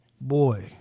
boy